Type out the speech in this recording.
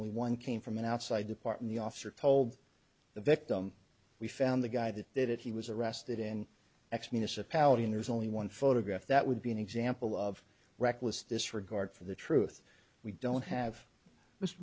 only one came from an outside the part in the officer told the victim we found the guy that did it he was arrested in x municipality and there's only one photograph that would be an example of reckless disregard for the truth we don't have th